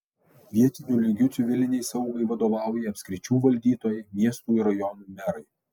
vietiniu lygiu civilinei saugai vadovauja apskričių valdytojai miestų ir rajonų merai